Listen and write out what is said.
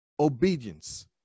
Obedience